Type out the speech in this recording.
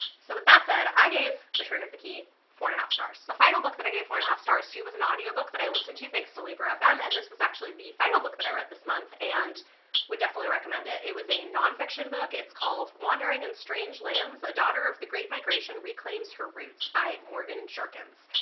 so with that said i gave the turn of the key four and a half stars. the final book that i gave four and a half stars to was an audiobook that i listened to thanks to libro fm, and this was actually the final book that i read this month and would definitely recommend it. it was a non-fiction book it's called wandering in strange lands a daughter of the great migration reclaims her roots by morgan jerkins.